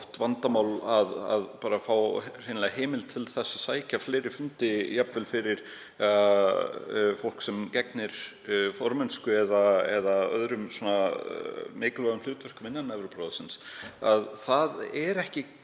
vandamál að fá hreinlega heimild til þess að sækja fleiri fundi, jafnvel fyrir fólk sem gegnir formennsku eða öðrum mikilvægum hlutverkum innan Evrópuráðsins. Það er ekki